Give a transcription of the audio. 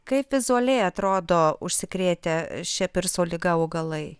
kaip vizualiai atrodo užsikrėtę šia pirso liga augalai